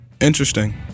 Interesting